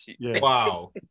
Wow